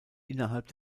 innerhalb